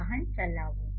વાહન ચલાવવું